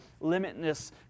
limitless